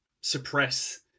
suppress